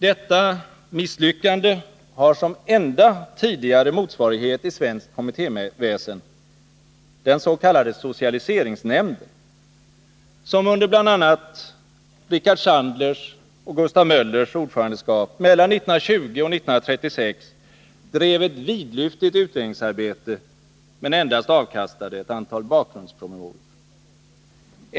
Detta misslyckande har som enda tidigare motsvarighet i svenskt kommittéväsen den s.k. socialiseringsnämnden, som under bl.a. Rickard Sandlers och Gustav Möllers ordförandeskap mellan 1920 och 1936 drev ett vidlyftigt utredningsarbete men endast avkastade ett antal bakgrundspromemorior.